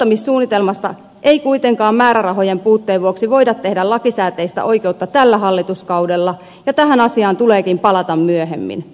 kotouttamissuunnitelmasta ei kuitenkaan määrärahojen puutteen vuoksi voida tehdä lakisääteistä oikeutta tällä hallituskaudella ja tähän asiaan tuleekin palata myöhemmin